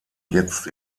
jetzt